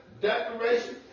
declaration